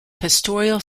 pastoral